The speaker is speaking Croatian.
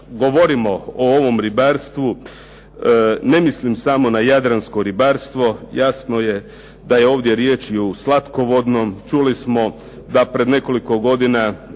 govorimo o ovom ribarstvu, ne mislim samo na jadransko ribarstvo. Jasno je da je ovdje riječ i o slatkovodnom. Čuli smo da pred nekoliko godina,